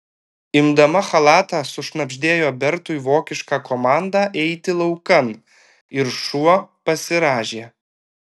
imdama chalatą sušnabždėjo bertui vokišką komandą eiti laukan ir šuo pasirąžė